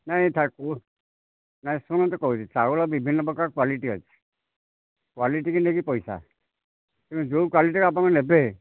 ନାହିଁ ତାକୁ ନାହିଁ ଶୁଣନ୍ତୁ କହୁଛି ଚାଉଳ ବିଭିନ୍ନ ପ୍ରକାର କ୍ଵାଲିଟି ଅଛି କ୍ଵାଲିଟି କି ନେଇକି ପଇସା ତେଣୁ ଯେଉଁ କ୍ଵାଲିଟିର ଆପଣ ନେବେ